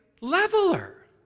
leveler